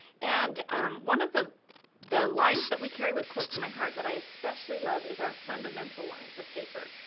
and one of the the lines that we carry with close to my heart that i especially love is our fundamental lines of paper.